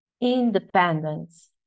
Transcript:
independence